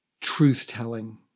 truth-telling